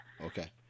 Okay